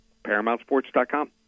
ParamountSports.com